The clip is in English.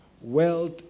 Wealth